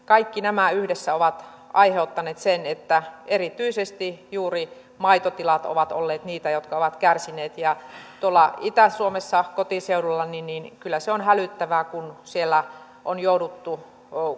kaikki nämä yhdessä ovat aiheuttaneet sen että erityisesti juuri maitotilat ovat olleet niitä jotka ovat kärsineet tuolla itä suomessa kotiseudullani kyllä se on hälyttävää kun siellä on jouduttu